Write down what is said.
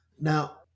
Now